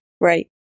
Right